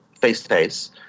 face-to-face